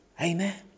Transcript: Amen